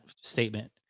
statement